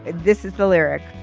this is the lyric.